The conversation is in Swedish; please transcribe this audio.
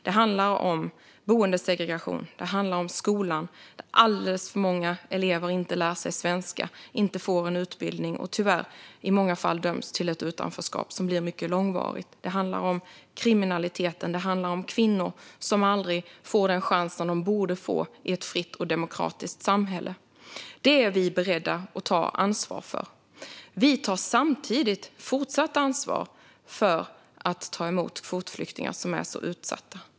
Det handlar om boendesegregation. Det handlar om skolan, där alldeles för många elever inte lär sig svenska, inte får en utbildning och i många fall tyvärr döms till ett utanförskap som blir mycket långvarigt. Det handlar om kriminaliteten. Det handlar om kvinnor som aldrig får den chans som de borde få i ett fritt och demokratiskt samhälle. Detta är vi beredda att ta ansvar för. Vi tar samtidigt fortsatt ansvar för att ta emot kvotflyktingar som är så utsatta.